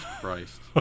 Christ